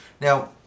Now